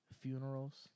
funerals